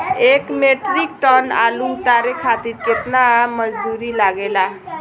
एक metric ton आलू उतारे खातिर केतना मजदूरी लागेला?